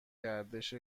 گردش